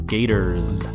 Gators